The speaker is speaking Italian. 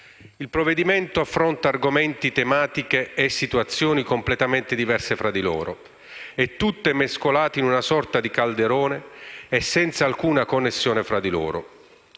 Il provvedimento affronta argomenti, tematiche e situazioni completamente diverse tra loro, tutte mescolate in una sorta di calderone e senza alcuna connessione reciproca.